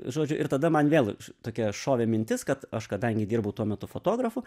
žodžiu ir tada man vėl tokia šovė mintis kad aš kadangi dirbau tuo metu fotografu